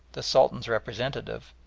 the sultan's representative,